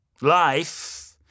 Life